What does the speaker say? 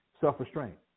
self-restraint